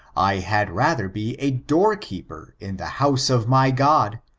i had rather be a door-keeper in the house of my god,